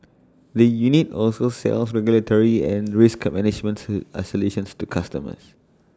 the unit also sells regulatory and risk management to A solutions to customers